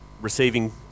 receiving